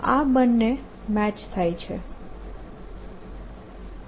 આ બંને મેચ થાય છે